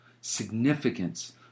significance